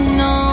no